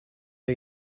are